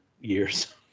years